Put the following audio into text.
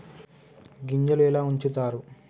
గింజలు ఎలా ఉంచుతారు?